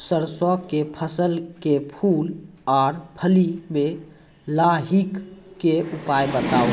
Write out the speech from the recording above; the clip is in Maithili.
सरसों के फसल के फूल आ फली मे लाहीक के उपाय बताऊ?